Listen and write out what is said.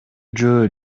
жөө